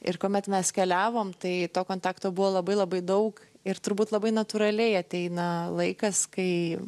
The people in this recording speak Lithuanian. ir kuomet mes keliavom tai to kontakto buvo labai labai daug ir turbūt labai natūraliai ateina laikas kai